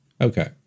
Okay